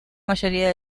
mayoría